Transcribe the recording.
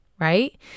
right